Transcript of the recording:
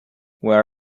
where